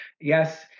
Yes